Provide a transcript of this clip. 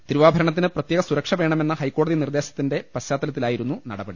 തിരുവാഭരണ്ടത്തിന് പ്രത്യേക സുരക്ഷ വേണമെന്ന ഹൈക്കോടതി നിർദേശത്തിന്റെ പശ്ചാത്തലത്തിലായി രുന്നു നടപടി